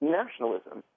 nationalism